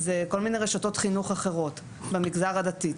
כל מיני רשתות חינוך אחרות במגזר הדתי.